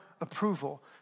Approval